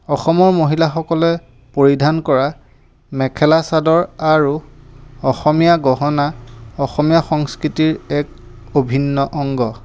অসমৰ মহিলাসকলে পৰিধান কৰা মেখেলা চাদৰ আৰু অসমীয়া গহনা অসমীয়া সংস্কৃতিৰ এক অভিন্ন অংগ